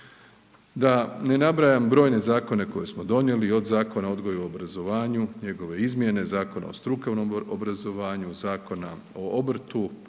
Da ne nabrajam brojne zakone koje smo donijeli, od Zakona o odgoju i obrazovanju i njegove izmjene, Zakona o strukovnom obrazovanju, Zakona o obrtu